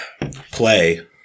Play